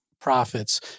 profits